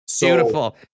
Beautiful